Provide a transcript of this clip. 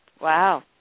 Wow